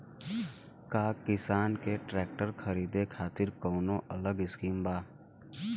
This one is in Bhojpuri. का किसान के ट्रैक्टर खरीदे खातिर कौनो अलग स्किम बा?